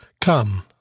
Come